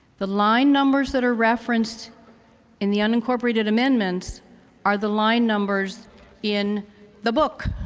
the line numbers that are referenced in the unincorporated amendments are the line numbers in the book,